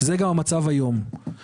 גם בחוק היום לא מקבלים.